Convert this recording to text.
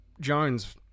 jones